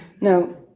no